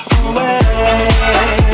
away